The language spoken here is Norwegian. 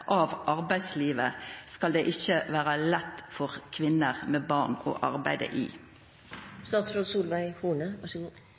av arbeidslivet skal det ikkje vera lett for kvinner med barn å